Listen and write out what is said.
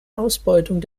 ausbeutung